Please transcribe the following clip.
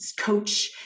coach